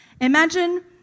Imagine